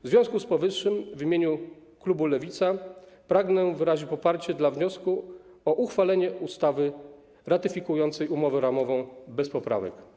W związku z powyższym w imieniu klubu Lewica pragnę wyrazić poparcie dla wniosku o uchwalenie ustawy ratyfikującej umowę ramową bez poprawek.